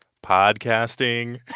podcasting